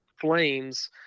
flames